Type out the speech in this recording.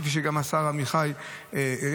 כפי שגם השר עמיחי שאל,